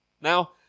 Now